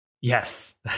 Yes